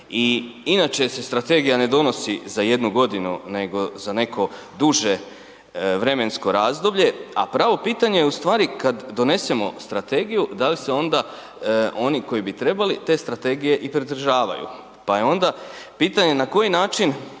i inače se strategija ne donosi za jednu godinu nego za neko duže vremensko razdoblje a pravo pitanje je ustvari kad donesemo strategiju, da li se onda oni koji bi trebali, te strategije i pridržavaju pa je onda pitanje na koji način